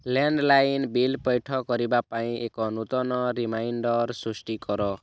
land line bill ପୈଠ କରିବା ପାଇଁ ଏକ ନୂତନ ରିମାଇଣ୍ଡର୍ ସୃଷ୍ଟି କର